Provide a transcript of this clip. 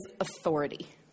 authority